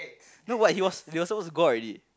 no but he was they were supposed to go out already